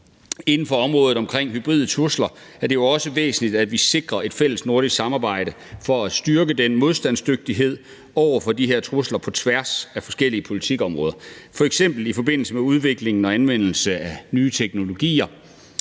Inden for området for hybride trusler er det jo også væsentligt, at vi sikrer et fælles nordisk samarbejde for at styrke vores modstandsdygtighed over for de her trusler på tværs af forskellige politikområder, f.eks. i forbindelse med udviklingen og anvendelsen af nye teknologier: